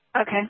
Okay